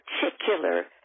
particular